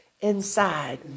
inside